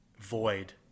void